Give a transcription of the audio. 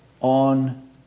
on